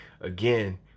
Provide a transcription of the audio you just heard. again